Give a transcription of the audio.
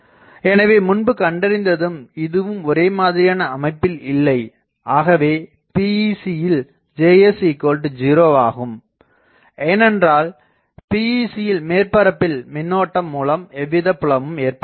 எனவே முன்பு கண்டறிந்ததும் இதுவும் ஒரே மாதிரியான அமைப்பில் இல்லை ஆகவே PEC யில் Js0 ஆகும் ஏனென்றால் PEC மேற்பரப்பில் மின்னோட்டம் மூலம் எவ்வித புலமும் ஏற்படுவதில்லை